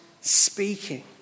speaking